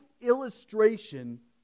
illustration